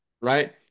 Right